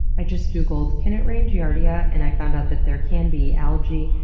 i just googled, can it rain giardia and i found out that there can be algae,